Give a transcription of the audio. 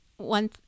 One